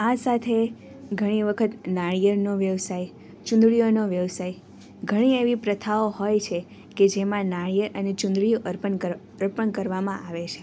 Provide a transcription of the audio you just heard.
આ સાથે ઘણી વખત નાળિયેરનો વ્યવસાય ચૂંદડીઓનો વ્યવસાય ઘણી એવી પ્રથાઓ હોય છે કે જેમાં નાળિયેર અને ચૂંદડી અર્પણ કરવામાં આવે છે